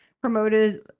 promoted